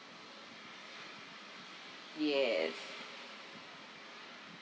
yes